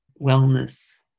wellness